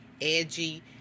edgy